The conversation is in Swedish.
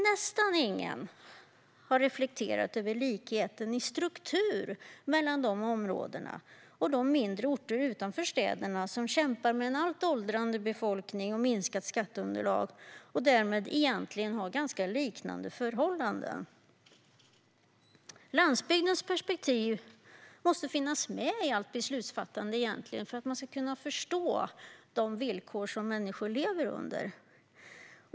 Nästan ingen har reflekterat över likheten i struktur mellan de områdena och de mindre orter utanför städerna som kämpar med en åldrande befolkning och minskat skatteunderlag och därmed egentligen har ganska liknande förhållanden. Landsbygdens perspektiv måste finnas med i allt beslutsfattande för att man ska kunna förstå de villkor som människor lever under.